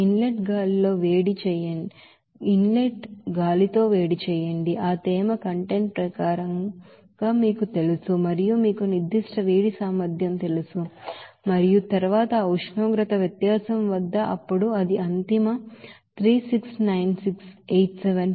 in let గాలితో వేడి చేయండి ఆ తేమ కంటెంట్ ప్రకారం గా మీకు తెలుసు మరియు మీకు స్పెసిఫిక్ హీట్ కెపాసిటీ తెలుసు మరియు తరువాత ఆ ఉష్ణోగ్రత వ్యత్యాసం వద్ద అప్పుడు అది అంతిమ 369687